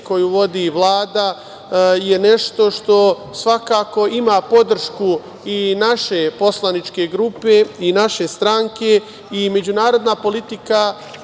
koju vodi Vlada, je nešto što svakako ima podršku i naše poslaničke grupe i naše stranke i međunarodna politika